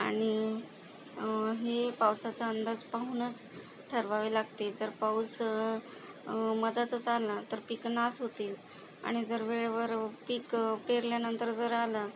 आणि हे पावसाचा अंदाज पाहूनच ठरवावे लागते जर पाऊस मध्यातच आला तर पिकं नाश होतील आणि जर वेळेवर पीक पेरल्यानंतर जर आला